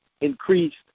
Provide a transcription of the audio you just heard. increased